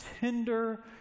tender